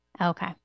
Okay